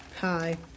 Hi